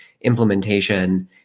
implementation